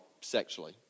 sexually